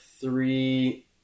three